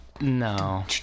no